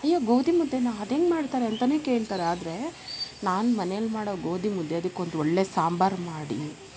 ಅಯ್ಯೋ ಗೋದಿ ಮುದ್ದೆನಾ ಅದೆಂಗೆ ಮಾಡ್ತಾರೆ ಅಂತನೇ ಕೇಳ್ತಾರೆ ಆದರೆ ನಾನು ಮನೇಲಿ ಮಾಡೋ ಗೋದಿ ಮುದ್ದೆ ಅದಕ್ಕೊಂದು ಒಳ್ಳೆಯ ಸಾಂಬಾರು ಮಾಡಿ